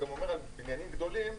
הוא גם אומר על בניינים גדולים,